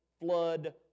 flood